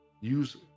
Use